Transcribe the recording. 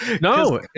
No